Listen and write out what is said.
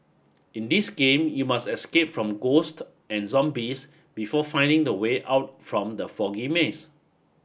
in this game you must escape from ghost and zombies before finding the way out from the foggy maze